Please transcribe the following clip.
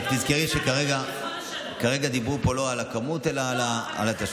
רק תזכרי שכרגע דיברו פה לא על המספר אלא על התשלום.